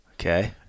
Okay